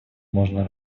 можна